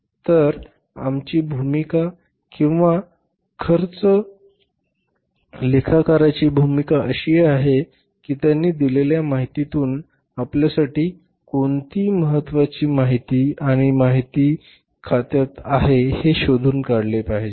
तर आमची भूमिका किंवा खर्च लेखाकारची भूमिका अशी आहे की त्याने दिलेल्या माहितीतून आपल्यासाठी कोणती माहिती महत्त्वाची आहे आणि ती माहिती कशी खात्यात घ्यावी हे शोधून काढले पाहिजे